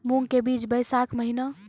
मूंग के बीज बैशाख महीना